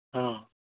ହଁ